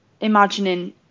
imagining